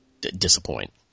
disappoint